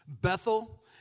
Bethel